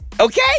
Okay